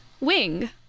wing